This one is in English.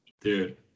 dude